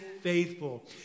faithful